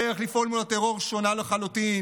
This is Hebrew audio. הדרך לפעול מול הטרור שונה לחלוטין,